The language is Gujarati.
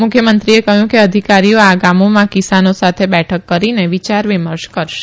મુખ્યમંત્રીએ કહયું કે ધિકારીઓ આ ગામોમાં કિસાનો સાથે બેઠક કરીને વિયાર વિમર્શ કરશે